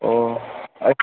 ꯑꯣ ꯑꯩ